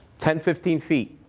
ten fifteen feet,